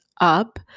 up